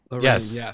Yes